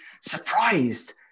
surprised